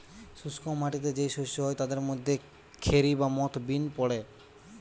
শুষ্ক মাটিতে যেই শস্য হয় তাদের মধ্যে খেরি বা মথ বিন পড়ে